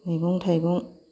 मैगं थाइगं